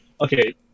okay